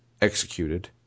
executed